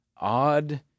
odd